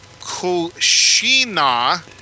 kushina